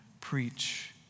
preach